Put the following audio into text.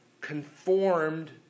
conformed